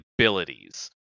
abilities